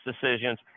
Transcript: decisions